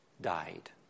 died